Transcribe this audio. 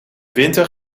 winter